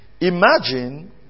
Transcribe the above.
Imagine